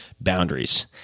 boundaries